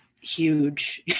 huge